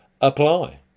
apply